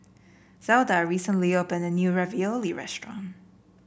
Zelda recently opened a new Ravioli restaurant